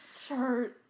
Sure